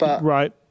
Right